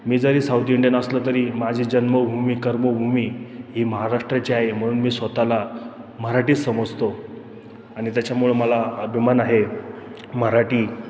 मी जरी south Indian असलो तरी माझी जन्मभूमी कर्मभूमी ही महाराष्ट्राची आहे म्हणून मी स्वतःला मराठी समजतो आणि त्याच्यामुळं मला अभिमान आहे मराठी